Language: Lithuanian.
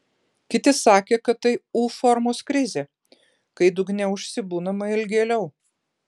kiti sakė kad tai u formos krizė kai dugne užsibūnama ilgėliau